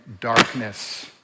darkness